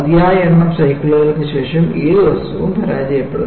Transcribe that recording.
മതിയായ എണ്ണം സൈക്കിളുകൾക്ക് ശേഷം ഏതു വസ്തുവും പരാജയപ്പെടുന്നു